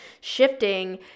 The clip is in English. shifting